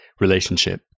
relationship